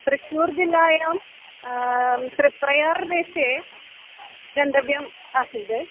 त्रिशूर्जिल्लायां त्रिप्रयारदेशे गन्तव्यम् आसीद्